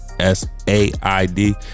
S-A-I-D